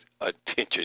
attention